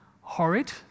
horrid